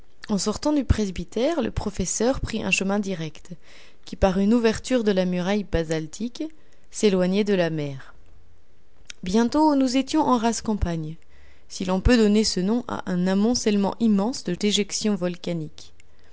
en sortant du presbytère le professeur prit un chemin direct qui par une ouverture de la muraille basaltique s'éloignait de la mer bientôt nous étions en rase campagne si l'on peut donner ce nom à un amoncellement immense de déjections volcaniques